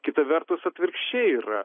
kita vertus atvirkščiai yra